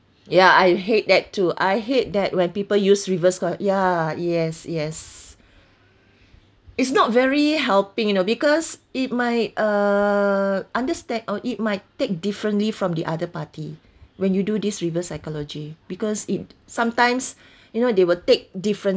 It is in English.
ya I hate that too I hate that when people use reverse psy~ ya yes yes it's not very helping you know because it might uh understa~ or it might take differently from the other party when you do this reverse psychology because it sometimes you know they will take differently